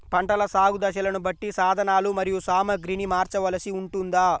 పంటల సాగు దశలను బట్టి సాధనలు మరియు సామాగ్రిని మార్చవలసి ఉంటుందా?